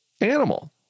animal